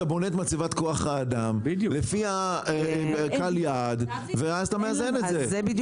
אתה בונה את מצבת כוח האדם לפי היעד ואז אתה מאזן את זה,